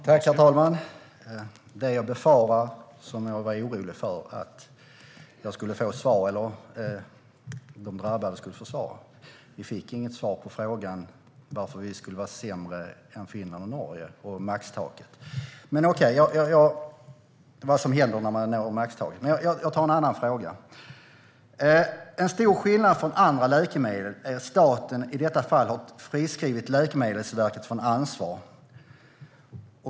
Herr talman! Det var som jag befarade eller var orolig för. Varken jag eller de drabbade fick något svar på frågan om varför vi skulle vara sämre än Finland och Norge och vad som gäller när man når maxtaket. Jag tar en annan fråga. En stor skillnad från andra läkemedel är att staten i detta fall har friskrivit Läkemedelsverket från ansvar.